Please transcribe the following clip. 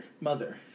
mother